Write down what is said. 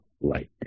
light